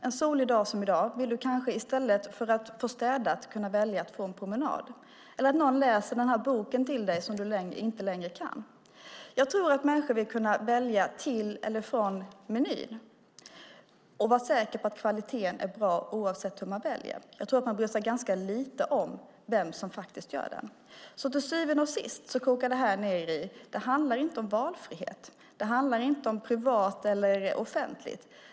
En solig dag som i dag vill man kanske välja en promenad i stället för att få städat. När man inte längre kan läsa böcker själv kanske man vill att någon läser för en. Jag tror att människor vill välja till eller från menyn och vara säkra på att kvaliteten är bra oavsett hur de väljer. De bryr sig nog ganska lite om vem som faktiskt gör detta. Till syvende och sist kokar detta ned i att detta inte handlar om valfrihet. Det handlar inte om privat eller offentligt.